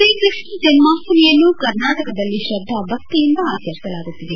ಶ್ರೀ ಕೃಷ್ಣ ಜನ್ಮಾಷ್ಟಮಿಯನ್ನು ಕರ್ನಾಟಕದಲ್ಲಿ ಶ್ರದ್ಧಾ ಭಕ್ತಿಯಿಂದ ಆಚರಿಸಲಾಗುತ್ತಿದೆ